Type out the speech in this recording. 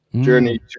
journey